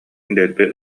дэлби